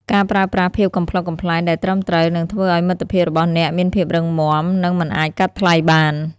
ការប្រើប្រាស់ភាពកំប្លុកកំប្លែងដែលត្រឹមត្រូវនឹងធ្វើឱ្យមិត្តភាពរបស់អ្នកមានភាពរឹងមាំនិងមិនអាចកាត់ថ្លៃបាន។